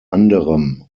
anderem